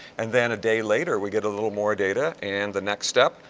and then a day later we get a little more data, and the next step,